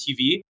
TV